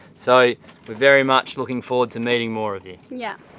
so we're very much looking forward to meeting more of you. yeah.